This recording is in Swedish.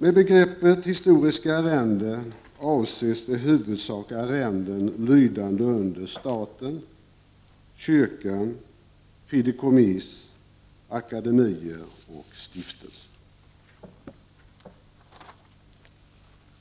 Med begreppet historiska arrenden avses i huvudsak arrenden lydande under staten, kyrkan, fideikomiss, akademier och stiftelser.